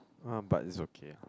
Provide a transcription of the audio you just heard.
ah but it's okay ah